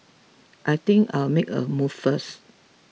I think I'll make a move first